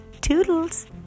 Toodles